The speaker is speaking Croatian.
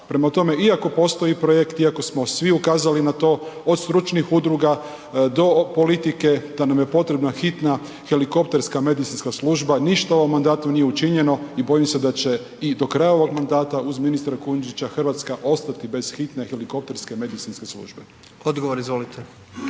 Prema tome, iako postoji projekt, iako smo svi ukazali na to, od stručnih udruga do politike da nam je potrebna hitna helikopterska medicinska služba, ništa u ovom mandatu nije učinjeno i bojim se da će i do kraja ovog mandata uz ministra Kujundžića Hrvatska ostati bez hitne helikopterske medicinske službe. **Jandroković,